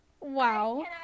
Wow